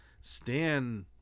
Stan